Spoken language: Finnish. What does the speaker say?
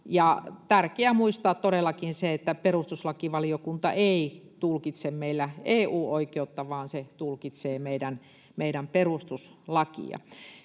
tärkeää todellakin muistaa se, että perustuslakivaliokunta ei tulkitse meillä EU-oikeutta vaan se tulkitsee meidän perustuslakia.